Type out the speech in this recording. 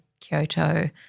kyoto